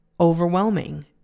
overwhelming